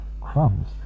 Crumbs